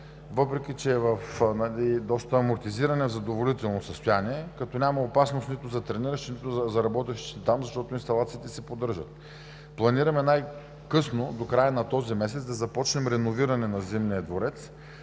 въпреки че е доста амортизиран, е в задоволително състояние, като няма опасност нито за трениращите, нито за работещите там, защото инсталациите се поддържат. Планираме най-късно до края на този месец да започнем реновиране на Зимния дворец,